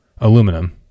aluminum